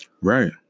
Right